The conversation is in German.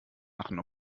machen